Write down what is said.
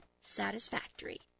satisfactory